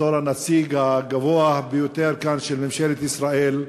בתור הנציג הגבוה ביותר כאן של ממשלת ישראל,